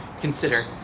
consider